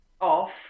off